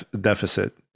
deficit